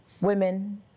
women